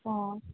ꯑꯥ